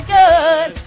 good